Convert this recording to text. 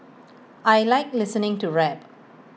I Like listening to rap